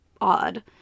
odd